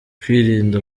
kwirinda